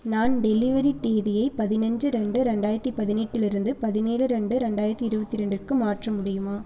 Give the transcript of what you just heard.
நான் டெலிவரி தேதியை பதினஞ்சு ரெண்டு ரெண்டாயிரத்து பதினெட்டுலிருந்து பதினேழு ரெண்டு ரெண்டாயிரத்து இருபத்ரெண்டு க்கு மாற்ற முடியுமா